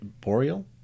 Boreal